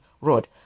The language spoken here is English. rod